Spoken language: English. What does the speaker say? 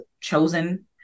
chosen